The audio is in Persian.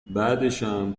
بعدشم